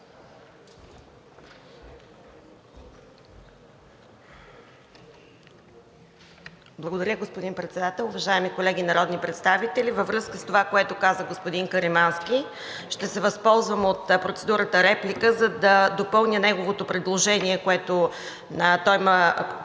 Благодаря, господин Председател. Уважаеми колеги народни представители, във връзка с това, което каза господин Каримански, ще се възползвам от процедурата „реплика“, за да допълня неговото предложение по точка втора,